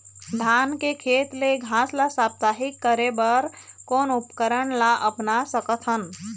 धान के खेत ले घास ला साप्ताहिक करे बर कोन उपकरण ला अपना सकथन?